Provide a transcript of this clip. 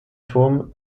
turm